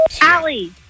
Allie